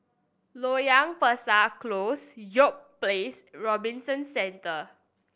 Loyang Besar Close York Place and Robinson Centre